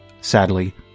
Sadly